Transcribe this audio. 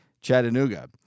Chattanooga